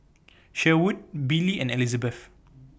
Sherwood Billy and Elizebeth